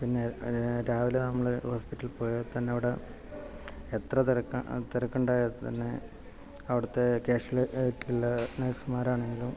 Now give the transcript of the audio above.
പിന്നെ രാവിലെ നമ്മൾ ഹോസ്പിറ്റലിൽ പോയാൽ തന്നെ അവിടെ എത്ര തിരക്കുണ്ടായാലും തന്നെ അവിടെ കാഷ്യുവാലിറ്റിയിലെ നർസുമാർ ആണെങ്കിലും